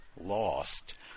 Lost